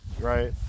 right